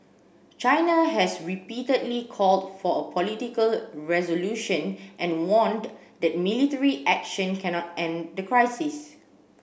China has repeatedly called for a political resolution and warned that military action cannot end the crisis